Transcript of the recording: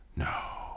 No